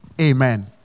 Amen